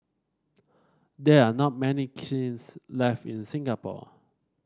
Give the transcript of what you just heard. there are not many kilns left in Singapore